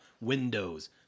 Windows